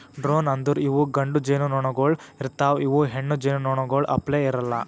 drone ಅಂದುರ್ ಇವು ಗಂಡು ಜೇನುನೊಣಗೊಳ್ ಇರ್ತಾವ್ ಇವು ಹೆಣ್ಣು ಜೇನುನೊಣಗೊಳ್ ಅಪ್ಲೇ ಇರಲ್ಲಾ